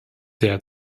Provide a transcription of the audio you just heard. sehr